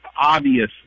obvious